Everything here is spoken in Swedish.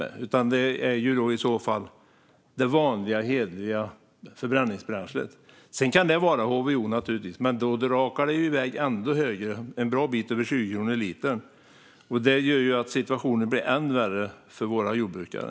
Det är det vanliga hederliga förbränningsbränslet som används. Sedan kan det naturligtvis vara HVO, men då rakar priset i väg ännu mer till en bra bit över 20 kronor per liter. Det gör att situationen blir än värre för våra jordbrukare.